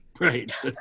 Right